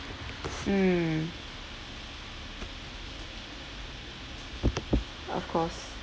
mm of course